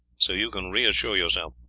so you can reassure yourself.